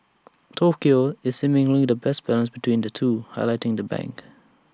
Tokyo is seemingly the best balance between the two highlighting the bank